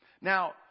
Now